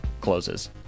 closes